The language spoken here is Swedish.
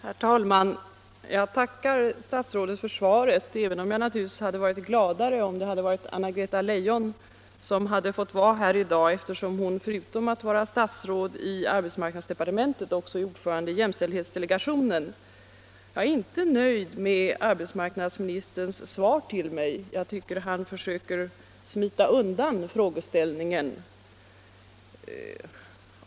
Herr talman! Jag tackar statsrådet för svaret, även om jag naturligtvis hade varit gladare om det hade varit Anna-Greta Leijon som fått svara här i dag, eftersom hon förutom att vara statsråd i arbetsmarknadsdepartementet också är ordförande i jämställdhetsdelegationen. Jag är inte nöjd med arbetsmarknadsministerns svar till mig; jag tycker att han försöker smita undan frågeställningen.